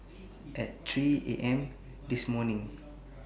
At three A M This morning